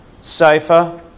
safer